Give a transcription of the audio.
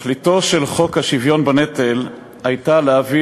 תכליתו של חוק השוויון בנטל הייתה להביא